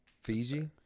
Fiji